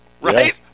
Right